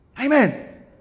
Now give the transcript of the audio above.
amen